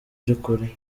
by’ukuri